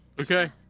Okay